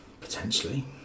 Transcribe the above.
Potentially